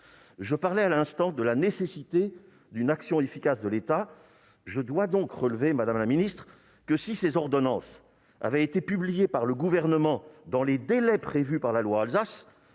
Je parlais à l'instant de la nécessité d'une action efficace de l'État ; je dois donc relever, madame la secrétaire d'État, que si ces ordonnances avaient été publiées par le Gouvernement dans les délais prévus par la loi « Alsace